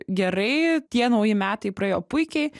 gerai tie nauji metai praėjo puikiai